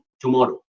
tomorrow